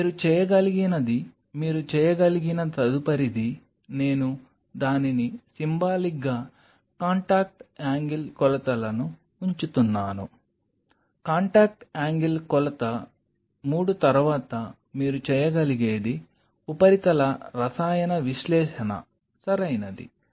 మీరు చేయగలిగినది మీరు చేయగలిగిన తదుపరిది నేను దానిని సింబాలిక్గా కాంటాక్ట్ యాంగిల్ కొలతలను ఉంచుతున్నాను కాంటాక్ట్ యాంగిల్ కొలత 3 తర్వాత మీరు చేయగలిగేది ఉపరితల రసాయన విశ్లేషణ సరైనది